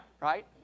right